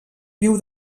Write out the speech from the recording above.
viu